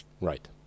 Right